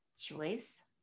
choice